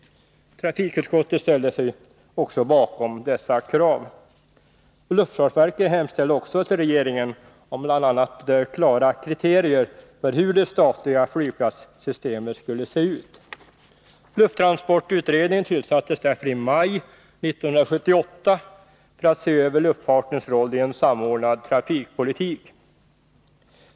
Trafikutskottet ställde sig bakom dessa krav. Luftfartsverket hemställde också till regeringen om bl.a. klara kriterier för hur det statliga flygplatssystemet skulle se ut. Lufttransportutredningen tillsattes därför i maj 1978 för att se över luftfartens roll i en samordnad trafikpolitik.